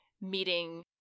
meeting